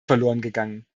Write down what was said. verlorengegangen